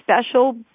special